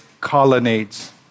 colonnades